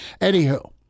anywho